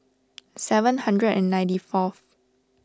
seven hundred and ninety fourth